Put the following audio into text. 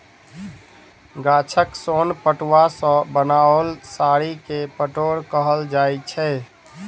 गाछक सोन पटुआ सॅ बनाओल साड़ी के पटोर कहल जाइत छै